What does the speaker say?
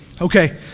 Okay